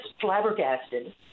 flabbergasted